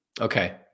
okay